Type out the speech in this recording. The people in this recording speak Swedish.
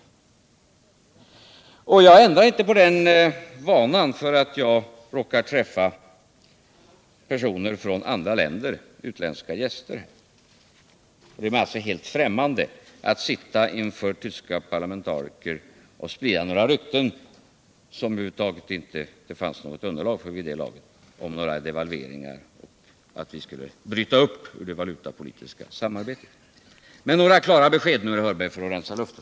Jag ändrar inte på den vanan för att jag råkar träffa personer från andra länder, utländska gäster. Det är mig alltså helt främmande att sitta inför tyska parlamentariker och sprida några rykten, som det över huvud taget inte fanns något underlag för den gången, att vi skulle bryta upp ur det valutapolitiska samarbetet. Kom med några klara besked nu, herr Hörberg, för att rensa luften!